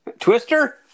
Twister